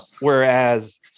whereas